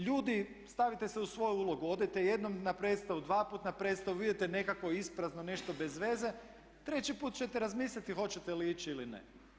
Ljudi stavite se u svoju ulogu, odite jednom na predstavu, dvaput na predstavi vidite nekakvo isprazno, nešto bezveze, treći put ćete razmisliti hoće li ići ili ne.